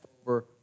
over